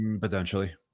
Potentially